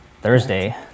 Thursday